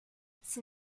six